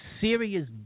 serious